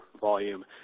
volume